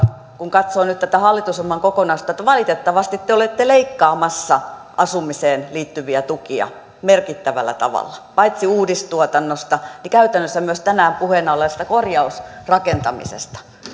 kun katsoo nyt tätä hallitusohjelman kokonaisuutta että valitettavasti te olette leikkaamassa asumiseen liittyviä tukia merkittävällä tavalla paitsi uudistuotannosta käytännössä myös tänään puheena olleesta korjausrakentamisesta